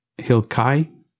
Hilkai